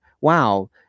wow